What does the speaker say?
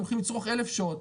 הם הולכים לצרוך 1,000 שעות,